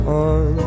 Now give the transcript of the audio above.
on